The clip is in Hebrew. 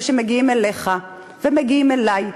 זה שמגיעים אליך ומגיעים אלי,